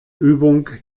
übung